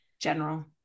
general